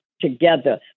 together